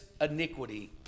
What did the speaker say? iniquity